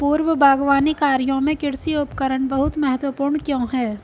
पूर्व बागवानी कार्यों में कृषि उपकरण बहुत महत्वपूर्ण क्यों है?